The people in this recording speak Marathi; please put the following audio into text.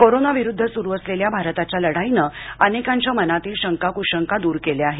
कोरोनाविरुद्ध सुरू असलेल्या भारताच्या लढाईनं अनेकांच्या मनातील शंका कुशंका दूर केल्या आहेत